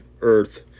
earth